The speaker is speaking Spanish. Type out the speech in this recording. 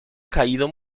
caído